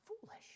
foolish